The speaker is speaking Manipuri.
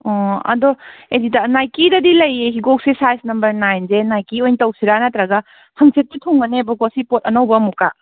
ꯑꯣ ꯑꯗꯣ ꯅꯥꯏꯀꯤꯗꯗꯤ ꯂꯩꯌꯦ ꯍꯤꯒꯣꯛꯁꯦ ꯁꯥꯏꯖ ꯅꯝꯕꯔ ꯅꯥꯏꯟꯖꯦ ꯅꯥꯏꯀꯤ ꯑꯣꯏ ꯇꯧꯁꯤꯔꯥ ꯅꯠꯇ꯭ꯔꯒ ꯍꯥꯡꯆꯤꯠꯇꯤ ꯊꯨꯡꯉꯅꯦꯕꯀꯣ ꯁꯤ ꯄꯣꯠ ꯑꯅꯧꯕ ꯑꯃꯨꯛꯀ